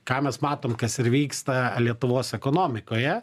ką mes matom kas ir vyksta lietuvos ekonomikoje